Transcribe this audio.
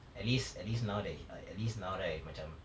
at least at least now that h~ uh at least now right macam